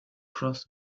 across